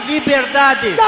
Liberdade